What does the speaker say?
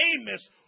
Amos